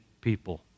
people